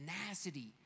Tenacity